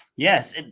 Yes